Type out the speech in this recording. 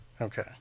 Okay